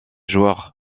joueurs